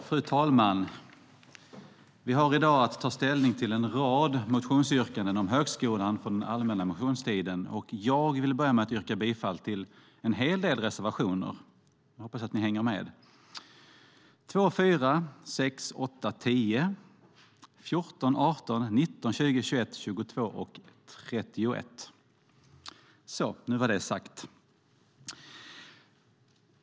Fru talman! Vi har i dag att ta ställning till en rad motionsyrkanden om högskolan från den allmänna motionstiden. Jag vill inledningsvis yrka bifall till en hel del reservationer, nämligen 2, 4, 6, 8, 10, 14, 18, 19, 20, 21, 22 och 31.